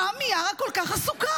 מה מיארה כל כך עסוקה?